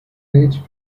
age